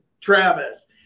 Travis